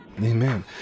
Amen